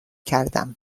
کردم